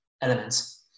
elements